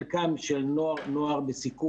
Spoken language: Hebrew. חלקם - שהם נוער בסיכון,